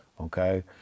Okay